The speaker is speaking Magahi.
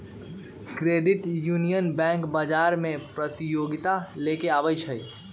क्रेडिट यूनियन बैंक बजार में प्रतिजोगिता लेके आबै छइ